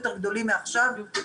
ביקוש.